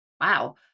Wow